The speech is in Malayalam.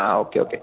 ആ ഓക്കെ ഓക്കെ